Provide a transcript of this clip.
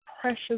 precious